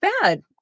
bad